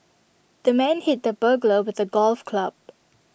the man hit the burglar with A golf club